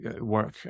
work